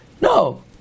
No